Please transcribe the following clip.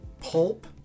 Pulp